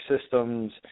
systems